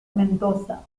mendoza